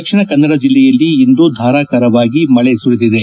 ದಕ್ಷಿಣ ಕನ್ನಡ ಜಿಲ್ಲೆಯಲ್ಲಿ ಇಂದು ಧಾರಾಕಾರವಾಗಿ ಮಳೆ ಸುರಿದಿದೆ